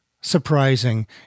surprising